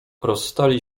rozstali